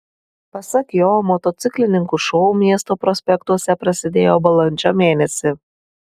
pasak jo motociklininkų šou miesto prospektuose prasidėjo balandžio mėnesį